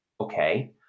Okay